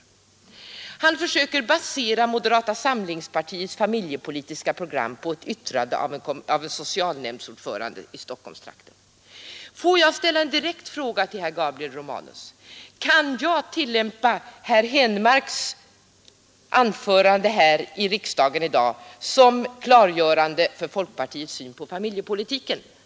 Herr Romanus försöker basera moderata samlingspartiets familjepolitiska program på ett yttrande av en socialnämndsordförande i Stockholmstrakten. Får jag ställa en direkt fråga till herr Gabriel Romanus! Kan jag betrakta herr Henmarks anförande här i dag som klargörande för folkpartiets syn på familjepolitiken?